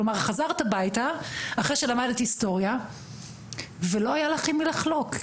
כלומר חזרת הביתה אחרי שלמדת היסטוריה ולא היה לך עם מי לחלוק,